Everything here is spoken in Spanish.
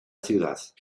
ciudad